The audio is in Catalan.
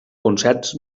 concerts